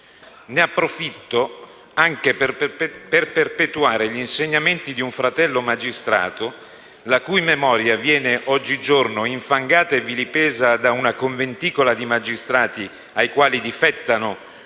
ne approfitto anche per perpetuare gli insegnamenti di un fratello magistrato la cui memoria viene oggigiorno infangata e vilipesa da una conventicola di magistrati i quali difettano